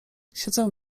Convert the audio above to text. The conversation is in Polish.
siedzę